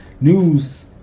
news